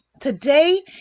Today